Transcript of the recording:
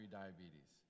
diabetes